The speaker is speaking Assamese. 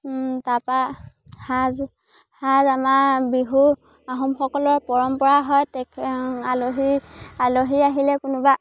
তাৰপৰা সাজ সাজ আমাৰ বিহু আহোমসকলৰ পৰম্পৰা হয় তেখে আলহী আলহী আহিলে কোনোবা